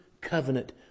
covenant